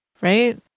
right